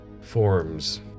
forms